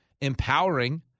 empowering